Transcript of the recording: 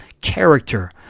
character